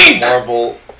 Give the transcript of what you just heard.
Marvel